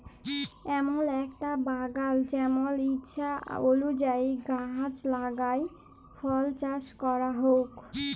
এমল একটা বাগাল জেমল ইছা অলুযায়ী গাহাচ লাগাই ফল চাস ক্যরা হউক